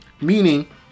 Meaning